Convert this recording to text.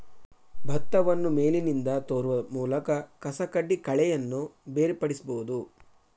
ಭತ್ತವನ್ನು ಮೇಲಿನಿಂದ ತೂರುವ ಮೂಲಕ ಕಸಕಡ್ಡಿ ಕಳೆಯನ್ನು ಬೇರ್ಪಡಿಸಬೋದು